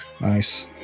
Nice